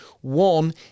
one